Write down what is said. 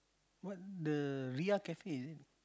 what the Ria cafe is it